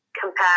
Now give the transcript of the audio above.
compact